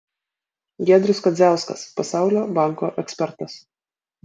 giedrius kadziauskas pasaulio banko ekspertas